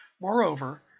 Moreover